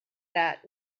that